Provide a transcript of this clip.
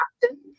captain